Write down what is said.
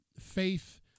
faith